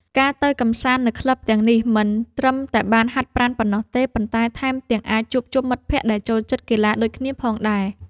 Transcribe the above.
ការទៅកម្សាន្តនៅក្លឹបទាំងនេះ មិនត្រឹមតែបានហាត់ប្រាណប៉ុណ្ណោះទេ ប៉ុន្តែថែមទាំងអាចជួបជុំមិត្តភក្តិដែលចូលចិត្តកីឡាដូចគ្នាផងដែរ។